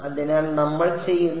അതിനാൽ നമ്മൾ ചെയ്യുന്നത്